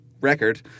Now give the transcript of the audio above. record